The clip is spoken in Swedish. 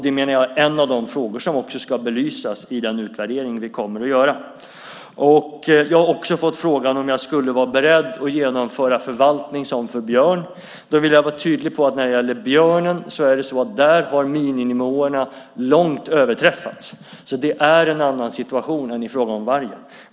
Det menar jag är en av de frågor som ska belysas vid den utvärdering som vi kommer att göra. Jag har också fått frågan om jag skulle vara beredd att genomföra förvaltning på samma sätt som för björn. Då vill jag vara tydlig med att när det gäller björnen har miniminivåerna överträffats rejält. Det är en annan situation än i fråga om vargen.